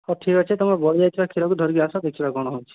ହଉ ଠିକ୍ ଅଛି ତମେ ବଳି ଯାଇଥିବା କ୍ଷୀର କୁ ଧରିକି ଆସ ଦେଖିବା କ'ଣ ହେଉଛି